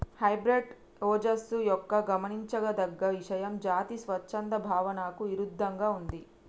hybrid ఓజస్సు యొక్క గమనించదగ్గ ఇషయం జాతి స్వచ్ఛత భావనకు ఇరుద్దంగా ఉంది